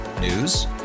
News